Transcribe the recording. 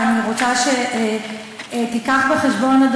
ואני רוצה שתיקח בחשבון,